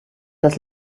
das